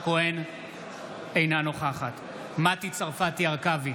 אינה נוכחת מטי צרפתי הרכבי,